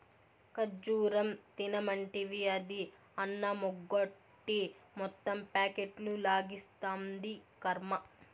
ఖజ్జూరం తినమంటివి, అది అన్నమెగ్గొట్టి మొత్తం ప్యాకెట్లు లాగిస్తాంది, కర్మ